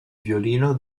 violino